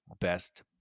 best